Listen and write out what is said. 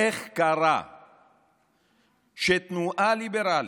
איך קרה שתנועה ליברלית,